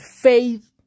faith